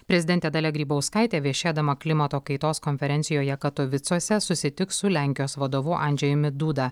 prezidentė dalia grybauskaitė viešėdama klimato kaitos konferencijoje katovicuose susitiks su lenkijos vadovu andžejumi duda